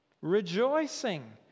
Rejoicing